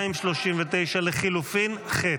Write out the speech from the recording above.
239 לחלופין ח'.